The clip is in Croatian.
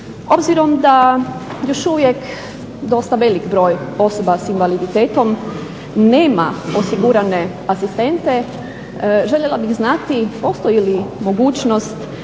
Obzirom da još uvijek dosta velik broj osoba s invaliditetom nema osigurane asistente željela bih znati postoji li mogućnost